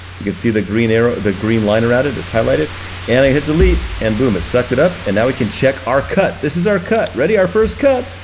you can see the green arrow, the green line around it that's highlighted? and i hit delete and boom, it sucked it up, and now we can check our cut. this is our cut, ready, our first cut,